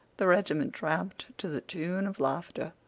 the regiment tramped to the tune of laughter.